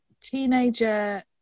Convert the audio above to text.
teenager